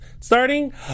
Starting